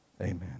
amen